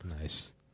Nice